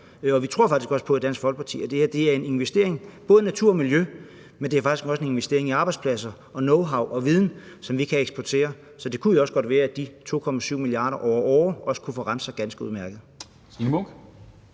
Og vi tror faktisk også på i Dansk Folkeparti, at det her er en investering, både i natur og miljø, men det er faktisk også en investering i arbejdspladser og knowhow og viden, som vi kan eksportere. Så det kunne jo også godt være, at de 2,7 mia. kr. ad åre kunne forrente sig ganske udmærket.